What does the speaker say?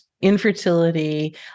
infertility